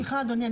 סליחה אדוני,